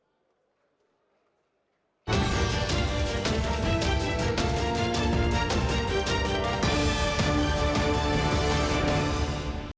Дякую.